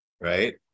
right